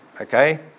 Okay